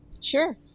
Sure